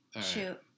shoot